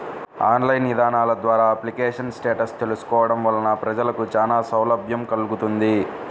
online ఇదానాల ద్వారా application status తెలుసుకోవడం వలన ప్రజలకు చానా సౌలభ్యం కల్గుతుంది